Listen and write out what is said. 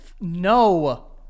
No